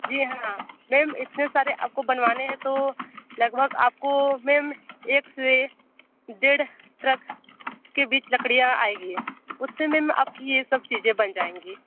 जी हाँ मैम इतने सारे आप को बनवाने हैं तो लगभग आप को मैम एक से डेढ़ ट्रक के बीच लकड़ियाँ आएगी उस से मैम आप की ये सब चीज़ें बन जाएंगी